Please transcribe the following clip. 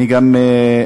אני גם מבקש